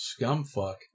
Scumfuck